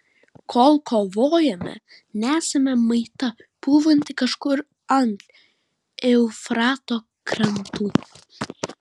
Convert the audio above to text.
kol kovojame nesame maita pūvanti kažkur ant eufrato krantų